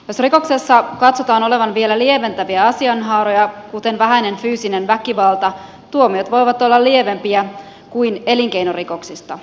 jos rikoksessa katsotaan olevan vielä lieventäviä asianhaaroja kuten vähäinen fyysinen väkivalta tuomiot voivat olla lievempiä kuin elinkeinorikoksista